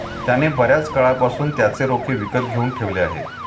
त्याने बर्याच काळापासून त्याचे रोखे विकत घेऊन ठेवले आहेत